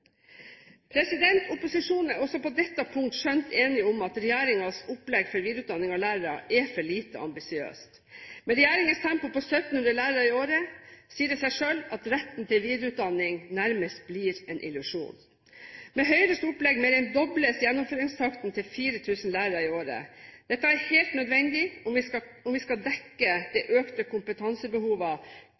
Opposisjonen er også på dette punkt skjønt enig i at regjeringens opplegg for videreutdanning av lærere er for lite ambisiøst. Med regjeringens tempo på 1 700 lærere i året sier det seg selv at retten til videreutdanning nærmest blir en illusjon. Med Høyres opplegg mer enn dobles gjennomføringstakten, til 4 000 lærere i året. Dette er helt nødvendig om vi skal kunne dekke det økte kompetansebehovet